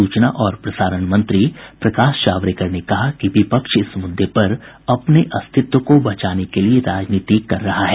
सूचना और प्रसारण मंत्री प्रकाश जावड़ेकर ने कहा कि विपक्ष इस मुद्दे पर अपने अस्तित्व को बचाने के लिए राजनीति कर रहा है